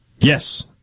Yes